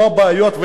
פה הבעיות.